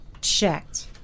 checked